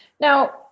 Now